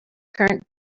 current